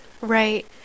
right